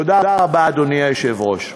תודה רבה, אדוני היושב-ראש.